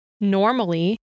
normally